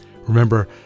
Remember